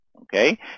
okay